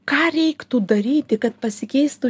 ką reiktų daryti kad pasikeistų